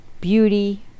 beauty